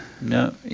No